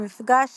במפגש